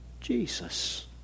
Jesus